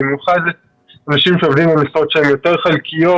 במיוחד לגבי אנשים שעובדים במשרות שהן יותר חלקיות,